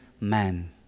man